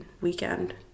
weekend